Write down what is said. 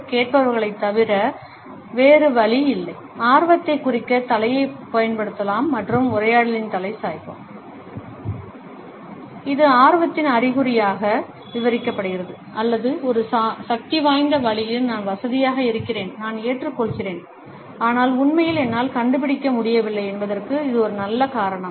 கேட்பவர்களைத் தவிர வேறு வழி இல்லை ஆர்வத்தைக் குறிக்க தலையைப் பயன்படுத்தலாம் மற்றும் உரையாடலில் தலை சாய்வோம் இது ஆர்வத்தின் அறிகுறியாக விவரிக்கப்படுகிறது அல்லது ஒரு சக்திவாய்ந்த வழியில் நான் வசதியாக இருக்கிறேன் நான் ஏற்றுக்கொள்கிறேன் ஆனால் உண்மையில் என்னால் கண்டுபிடிக்க முடியவில்லை என்பதற்கு ஒரு நல்ல காரணம்